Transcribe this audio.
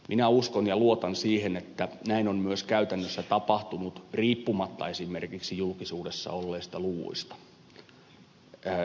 minä uskon ja luotan siihen että näin on myös käytännössä tapahtunut riippumatta esimerkiksi julkisuudessa olleista luvuista ja tiedoista